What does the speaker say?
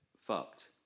fucked